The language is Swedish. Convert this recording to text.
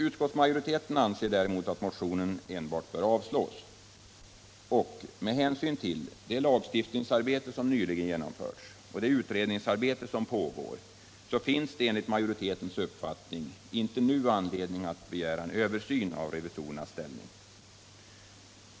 Utskottsmajoriteten anser däremot att motionen enbart bör avslås. Med hänsyn till den lagstiftningsändring som nyligen genomförts och det utredningsarbete som pågår finns enligt utskottsmajoritetens uppfattning ej anledning att nu begära en översyn av revisorernas ställning.